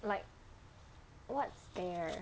like what's there